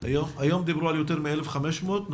היום דיברו על יותר מ-1,500 מאומתים.